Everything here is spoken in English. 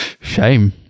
Shame